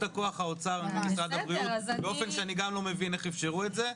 הכוח ממשרד הבריאות באופן שאני גם לא מבין איך אפשרו את זה.